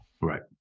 Right